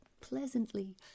pleasantly